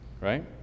Right